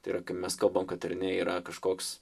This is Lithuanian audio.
tai yra kai mes kalbam kad yra ar ne kažkoks